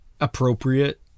appropriate